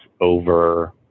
over